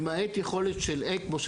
למעט יכולת של אקמו,